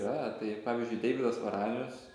yra tai pavyzdžiui deividas varanius